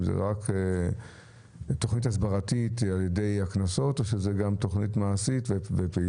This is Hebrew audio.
אם זה תוכנית הסברתית שהיא על ידי קנסות או שזה גם תוכנית מעשית ופעילה.